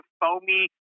foamy